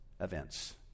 events